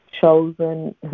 chosen